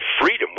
freedom